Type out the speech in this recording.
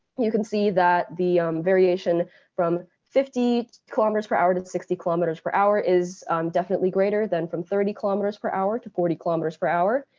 you can see that the variation from fifty kilometers per hour to sixty kilometers per hour is definitely greater than from thirty kilometers per hour to forty kilometers per hour.